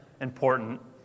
important